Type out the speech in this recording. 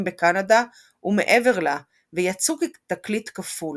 בקנדה ומעבר לה ויצאו כתקליט כפול.